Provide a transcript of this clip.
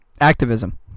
activism